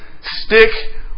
stick